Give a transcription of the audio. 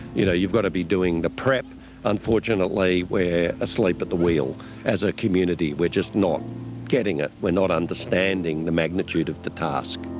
you know you've got to be doing the prep unfortunately we're asleep at the wheel as a community we're just not getting it. we're not understanding the magnitude of the task.